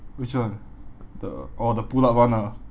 which one the oh the pull up [one] ah